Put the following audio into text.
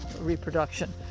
reproduction